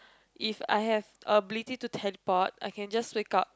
if I have ability to teleport I can just wake up